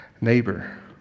neighbor